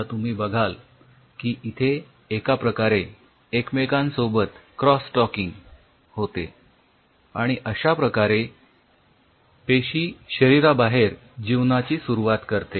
आता तुम्ही बघाल की इथे एका प्रकारे एकमेकांसोबत क्रॉस टॉकिंग होते आणि अश्या प्रकारे पेशी शरीराबाहेर जीवनाची सुरुवात करते